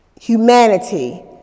humanity